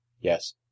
yes